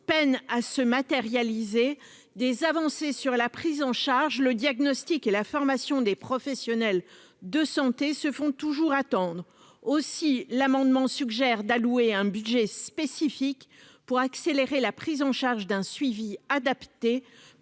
peinent à se matérialiser des avancées sur la prise en charge le diagnostic et la formation des professionnels de santé se font toujours attendre aussi l'amendement suggère d'allouer un budget spécifique pour accélérer la prise en charge d'un suivi adapté